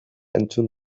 entzun